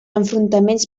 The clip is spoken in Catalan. enfrontaments